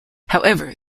however